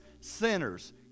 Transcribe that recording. sinners